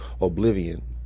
Oblivion